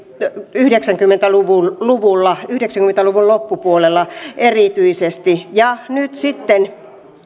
yhdeksänkymmentä luvulla yhdeksänkymmentä luvun loppupuolella erityisesti nyt sitten